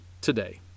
today